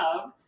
love